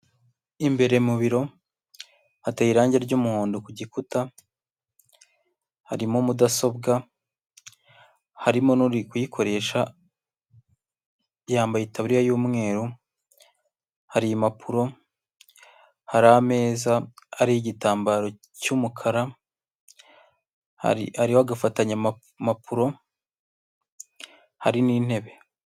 Imbere mu biro hateye irangi ry'umuhondo ku gikuta, harimo mudasobwa, harimo n'uri kuyikoresha yambaye itaburiya y'umweru, hari impapuro, hari ameza ariho igitambaro cy'umukara, hariho agafatanya amapapuro, hari n'intebe.